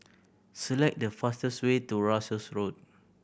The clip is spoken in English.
select the fastest way to Russels Road